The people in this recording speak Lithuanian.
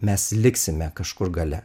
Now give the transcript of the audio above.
mes liksime kažkur gale